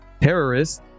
terrorists